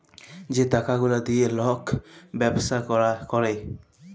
যে টাকা গুলা দিঁয়ে লক ব্যবছা ক্যরে